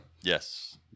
Yes